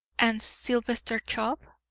and sylvester chubb?